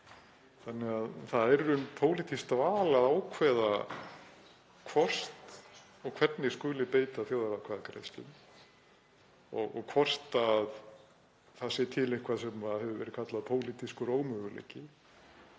Það er í raun pólitískt val að ákveða hvort og hvernig skuli beita þjóðaratkvæðagreiðslum og hvort það sé til eitthvað sem hefur verið kallað pólitískur ómöguleiki.